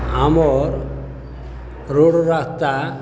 ଆମର୍ ରୋଡ଼୍ ରାସ୍ତା